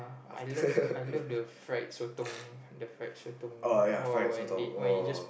I love I love the fried sotong the fried sotong !wow! when they when it just